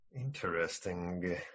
Interesting